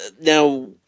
now